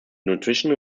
nutrition